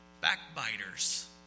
Backbiters